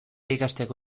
ikasteko